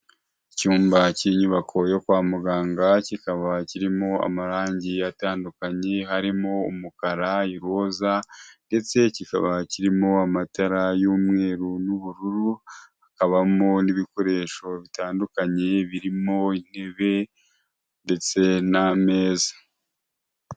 Icyumba cy'inyubako yo kwa muganga kikaba kirimo amarangi atandukanye harimo; umukara iroza ndetse kikaba kirimo amatara y'umweru n'ubururu, hakabamo n'ibikoresho bitandukanye birimo intebe ndetse n'ameza.